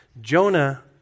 Jonah